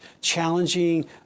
challenging